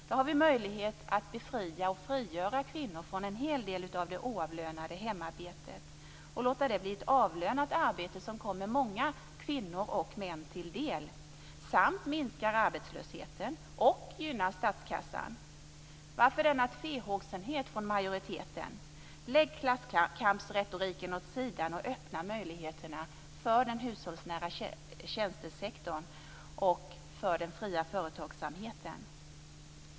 Då har vi möjlighet att befria och frigöra kvinnor från en hel del av det oavlönade hemarbetet och låta det bli ett avlönat arbete som kommer många kvinnor och män till del samt minskar arbetslösheten och gynnar statskassan. Varför denna tvehågsenhet från majoriteten? Lägg klasskampsretoriken åt sidan och öppna möjligheterna för den hushållsnära tjänstesektorn och för den fria företagsamheten.